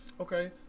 Okay